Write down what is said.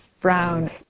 Brown